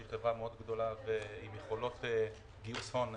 שהיא חברה מאוד גדולה עם יתרונות גיוס הון משמעותיות,